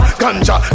ganja